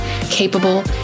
capable